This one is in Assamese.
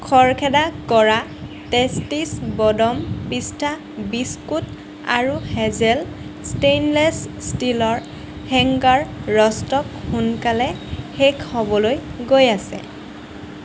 খৰখেদা কৰা টেষ্টীজ বদম পিষ্টা বিস্কুট আৰু হেজেল ষ্টেইনলেছ ষ্টীলৰ হেংগাৰৰ ষ্টক সোনকালে শেষ হ'বলৈ গৈ আছে